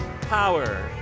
power